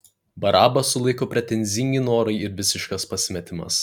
barabą sulaiko pretenzingi norai ir visiškas pasimetimas